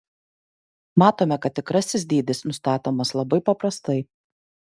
matome kad tikrasis dydis nustatomas labai paprastai